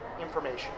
information